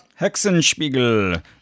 Hexenspiegel